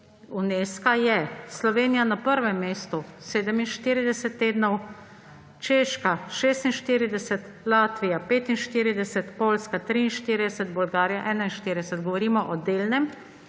Unesca je: Slovenija na prvem mestu 47 tednov, Češka 46, Latvija 45, Poljska 43, Bolgarija 41. Govorimo o delnem